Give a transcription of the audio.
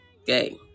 Okay